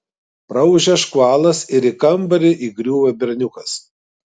praūžia škvalas ir į kambarį įgriūva berniukas